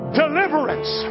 deliverance